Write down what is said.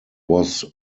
was